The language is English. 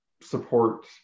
support